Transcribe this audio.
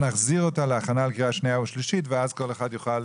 נחזיר אותה להכנה לקריאה שנייה ושלישית ואז כל אחד יוכל